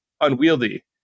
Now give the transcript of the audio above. unwieldy